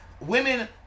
women